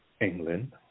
England